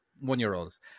one-year-olds